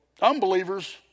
unbelievers